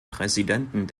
präsidenten